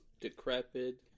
decrepit